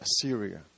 Assyria